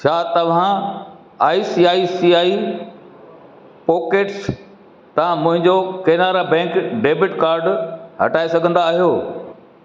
छा तव्हां I C I C I pockets तां मुंहिंजो केनरा बैंक डेबिट कार्ड हटाइ सघंदा आहियो